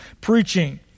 preaching